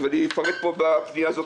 אני אפרט מה כלול בפנייה הזאת.